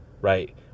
right